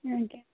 ଆଜ୍ଞା